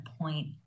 point